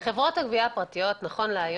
נכון להיום, חברות הגבייה הפרטיות נותנות